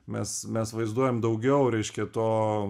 mes mes vaizduojam daugiau reiškia to